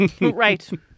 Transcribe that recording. Right